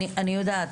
אני יודעת.